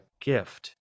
gift